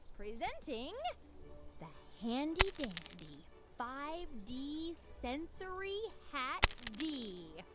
presenting the handy-dandy five d sensory hat d.